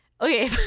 Okay